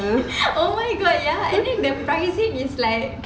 oh my god ya I think the pricing is like